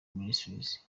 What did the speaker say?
ministries